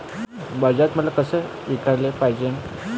बाजारात माल कसा विकाले पायजे?